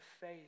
faith